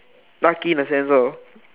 lucky in a sense lor